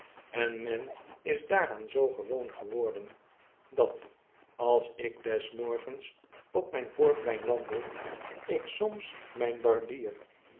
en men is daaraan zoo gewoon geworden dat als ik des morgens op myn voorplein wandel ik somtyds myn barbier